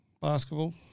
Basketball